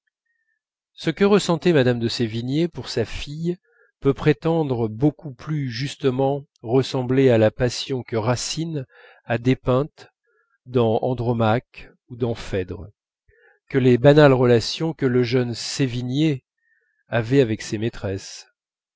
ce que ressentait mme de sévigné pour sa fille peut prétendre beaucoup plus justement ressembler à la passion que racine a dépeinte dans andromaque ou dans phèdre que les banales relations que le jeune sévigné avait avec ses maîtresses